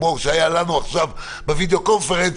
כמו שהיו לנו עכשיו בווידאו קונפרנס,